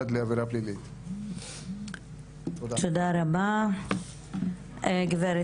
ושוב גם אנחנו מברכים על כל תשומת הלב והפעילות,